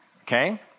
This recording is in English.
Okay